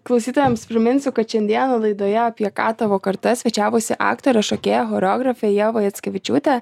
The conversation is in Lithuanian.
klausytojams priminsiu kad šiandieną laidoje apie ką tavo karta svečiavosi aktorė šokėja choreografė ieva jackevičiūtė